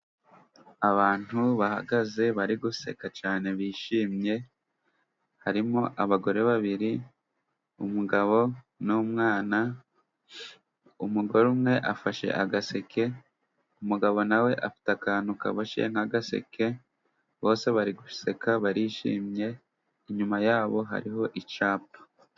Abantu bahagaze bari guseka cyane bishimye, harimo abagore babiri, umugabo n'umwana, umugore umwe afashe agaseke, umugabo na we afite akantu kaboshye nk'agaseke, bose bari guseka barishimye inyuma yabo hariho icyapa.